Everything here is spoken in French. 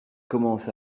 commence